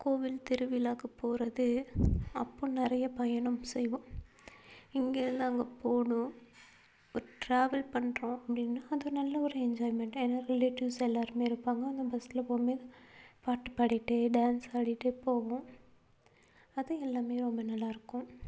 கோவில் திருவிழாக்கு போகிறது அப்போ நிறைய பயணம் செய்வோம் இங்கேருந்து அங்கே போகணும் ஒரு ட்ராவல் பண்ணுறோம் அப்படின்னா அது நல்ல ஒரு என்ஜாய்மெண்டாக ஏன்னா ரிலேட்டிவ்ஸ் எல்லோருமே இருப்பாங்க அந்த பஸ்ஸில் போகும் போது பாட்டு பாடிட்டு டேன்ஸ் ஆடிகிட்டே போவோம் அது எல்லாம் ரொம்ப நல்லாயிருக்கும்